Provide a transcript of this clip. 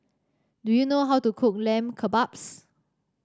do you know how to cook Lamb Kebabs